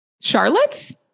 Charlotte's